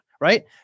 right